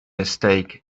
mistake